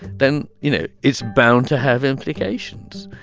then, you know, it's bound to have implications.